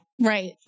Right